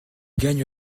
gagne